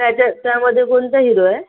त्याच्या त्यामध्ये कोणता हिरो आहे